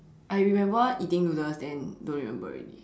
I remember eating noodles then don't remember already